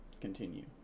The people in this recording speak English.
continue